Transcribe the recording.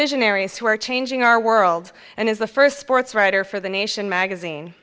visionaries who are changing our world and is the first sports writer for the nation magazine